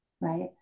right